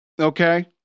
okay